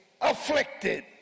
afflicted